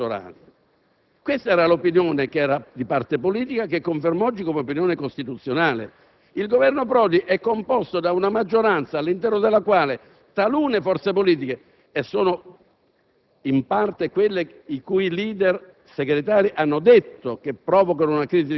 dissero espressamente che è il Governo Prodi in quanto tale l'ostacolo alla riforma elettorale. Questa era l'opinione che era di parte politica, che confermo oggi come opinione costituzionale. Il Governo Prodi è composto da una maggioranza all'interno della quale vi sono alcune forze politiche i cui